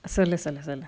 so listen listen